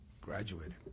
graduated